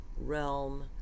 realm